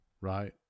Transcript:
right